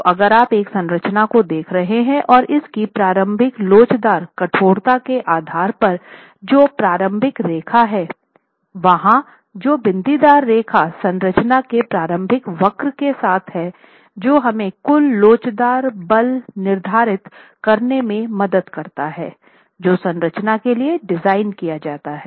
तो अगर आप एक संरचना को देख रहे हैं और इसकी प्रारंभिक लोचदार कठोरता के आधार पर जो प्रारंभिक रेखा है वहाँ जो बिंदीदार रेखा संरचना के प्रारंभिक वक्र के साथ है जो हमें कुल लोचदार बल निर्धारित करने में मदद करता है जो संरचना के लिए डिज़ाइन किया जाता है